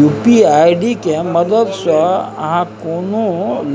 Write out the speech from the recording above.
UPI ID के मददसँ अहाँ कोनो